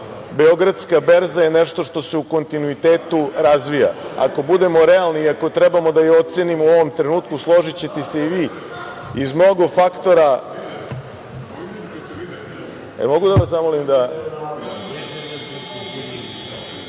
Beogradske berza je nešto što se u kontinuitetu razvija. Ako budemo realni i ako trebamo da je ocenimo u ovom trenutku, složićete se i vi iz mnogo faktora. Kada je u pitanju